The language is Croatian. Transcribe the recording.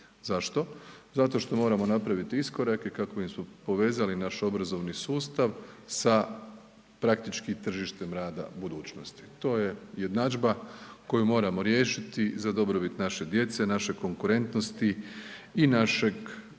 Zašto? Zato što moramo napraviti iskorak i kako bismo povezali naš obrazovni sustav sa praktički tržištem rada u budućnosti, to je jednadžba koju moramo riješiti za dobrobit naše djece, naše konkurentnosti i našeg